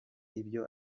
ibyo